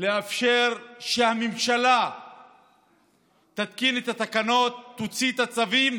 שמאפשר שהממשלה תתקין את התקנות, תוציא את הצווים,